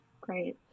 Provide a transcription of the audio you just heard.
Great